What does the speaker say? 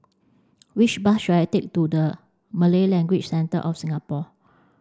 which bus should I take to the Malay Language Centre of Singapore